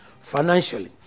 financially